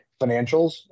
financials